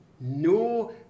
No